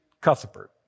Cuthbert